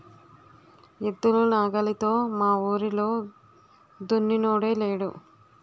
ఎద్దులు నాగలితో మావూరిలో దున్నినోడే లేడు